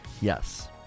Yes